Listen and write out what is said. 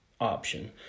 option